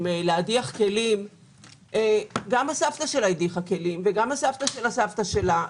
גם הסבתא שלה הדיחה כלים וגם הסבתא של הסבתא שלה.